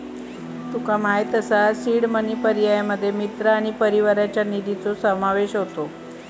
तुका माहित असा seed money पर्यायांमध्ये मित्र आणि परिवाराच्या निधीचो समावेश होता